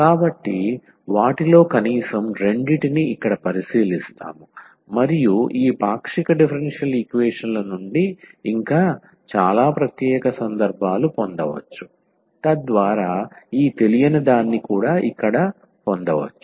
కాబట్టి వాటిలో కనీసం రెండుంటిని ఇక్కడ పరిశీలిస్తాము మరియు ఈ పాక్షిక డిఫరెన్షియల్ ఈక్వేషన్ ల నుండి ఇంకా చాలా ప్రత్యేక సందర్భాలు పొందవచ్చు తద్వారా ఈ తెలియనిదాన్ని ఇక్కడ పొందవచ్చు